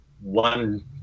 one